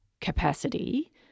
capacity